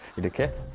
to kick